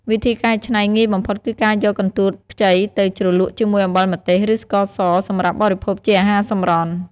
វិធីកែច្នៃងាយបំផុតគឺការយកកន្ទួតខ្ចីទៅជ្រលក់ជាមួយអំបិលម្ទេស ឬស្ករសសម្រាប់បរិភោគជាអាហារសម្រន់។